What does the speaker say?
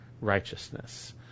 Righteousness